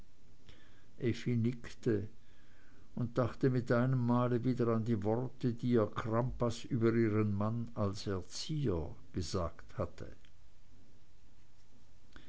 effi nickte und dachte mit einem male wieder an die worte die ihr crampas über ihren mann als erzieher gesagt hatte